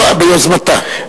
ביוזמתו.